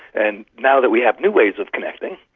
and now that we have new ways of connecting,